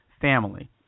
family